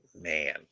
man